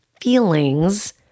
feelings